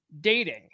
dating